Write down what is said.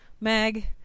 Meg